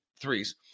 threes